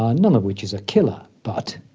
ah none of which is a killer but,